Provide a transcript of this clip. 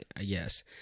Yes